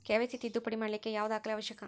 KYC ತಿದ್ದುಪಡಿ ಮಾಡ್ಲಿಕ್ಕೆ ಯಾವ ದಾಖಲೆ ಅವಶ್ಯಕ?